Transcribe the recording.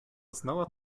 znała